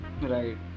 Right